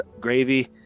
gravy